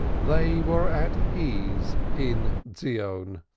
they were at ease in zion.